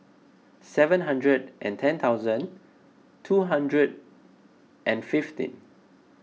seven hundred and ten thousand two hundred and fifteen